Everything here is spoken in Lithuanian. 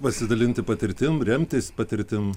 pasidalinti patirtim remtis patirtim